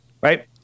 Right